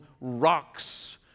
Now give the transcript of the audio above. rocks